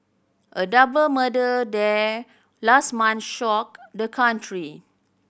a double murder there last month shocked the country